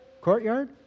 courtyard